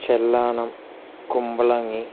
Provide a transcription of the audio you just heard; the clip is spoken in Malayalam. ചെല്ലാനം കുമ്പളങ്ങി